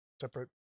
separate